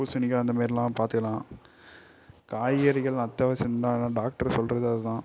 பூசணிக்காய் அந்தமாரிலாம் பார்த்துக்கலாம் காய்கறிகள் அத்தியாவசியம்தான் ஆனால் டாக்டர் சொல்றது அதுதான்